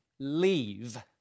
leave